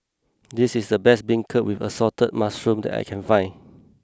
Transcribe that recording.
this is the best Beancurd with Assorted Mushrooms that I can find